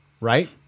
right